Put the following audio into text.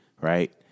right